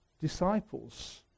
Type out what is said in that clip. disciples